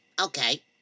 Okay